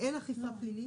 אין אכיפה פלילית,